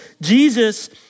Jesus